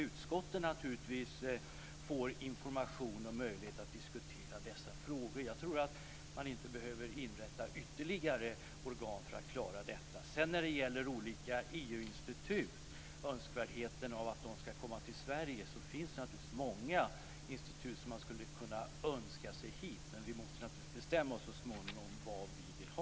Utskotten ska naturligtvis också få information och möjlighet att diskutera dessa frågor. Jag tror att man inte behöver inrätta ytterligare organ för att klara detta. När det gäller önskvärdheten att olika EU-institut ska komma till Sverige, finns det naturligtvis många institut som vi skulle önska oss. Men vi måste naturligtvis så småningom bestämma oss för vad vi vill ha.